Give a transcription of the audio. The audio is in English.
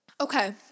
okay